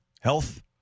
health